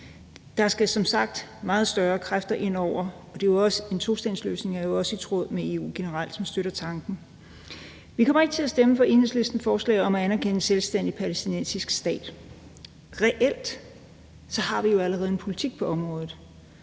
som sagt meget større kræfter ind over, og en tostatsløsning er jo også generelt i tråd med EU, som støtter tanken. Vi kommer ikke til at stemme for Enhedslistens forslag om at anerkende en selvstændig palæstinensisk stat. Reelt har vi jo allerede en politik på området.